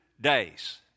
days